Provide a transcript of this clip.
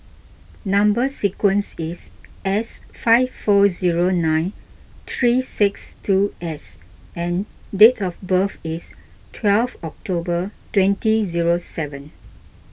Number Sequence is S five four zero nine three six two S and date of birth is twelve October twenty zero seven